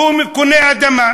כשהוא קונה אדמה,